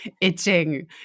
itching